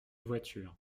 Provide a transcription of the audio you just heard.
voiture